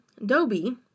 adobe